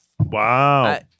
Wow